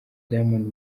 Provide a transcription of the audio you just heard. diamond